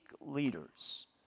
leaders